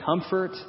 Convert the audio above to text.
comfort